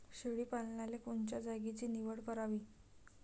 शेळी पालनाले कोनच्या जागेची निवड करावी?